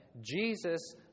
Jesus